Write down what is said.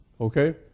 Okay